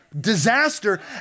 disaster